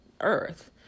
Earth